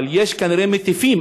אבל יש כנראה מטיפים,